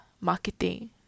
marketing